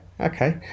okay